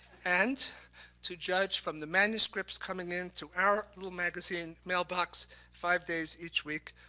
and to judge from the manuscripts coming into our little magazine mailbox five days each week,